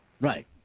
Right